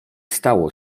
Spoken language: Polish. stało